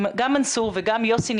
גם מנסור וגם יוסי,